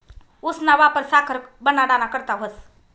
ऊसना वापर साखर बनाडाना करता व्हस